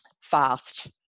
fast